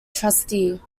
trustee